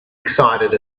excited